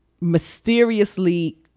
mysteriously